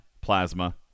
Plasma